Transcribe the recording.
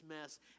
mess